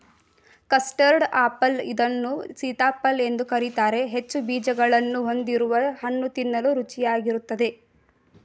custard apple ಇದನ್ನು ಸೀತಾಫಲ ಎಂದು ಕರಿತಾರೆ ಹೆಚ್ಚು ಬೀಜಗಳನ್ನು ಹೊಂದಿರುವ ಹಣ್ಣು ತಿನ್ನಲು ರುಚಿಯಾಗಿರುತ್ತದೆ